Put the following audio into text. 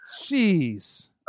Jeez